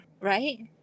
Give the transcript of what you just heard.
right